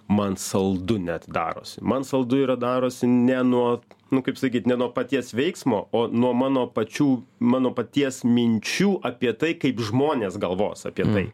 man saldu net darosi man saldu yra darosi ne nuo nu kaip sakyt ne nuo paties veiksmo o nuo mano pačių mano paties minčių apie tai kaip žmonės galvos apie tai